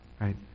right